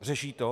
Řeší to?